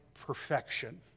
perfection